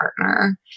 partner